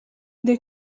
they